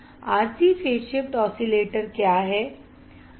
RC phase shift oscillator क्या हैं